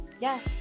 Yes